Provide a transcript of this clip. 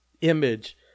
image